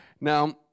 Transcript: Now